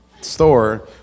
store